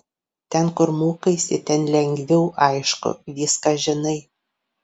ten kur mokaisi ten lengviau aišku viską žinai